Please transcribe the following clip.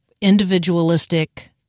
individualistic